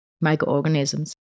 microorganisms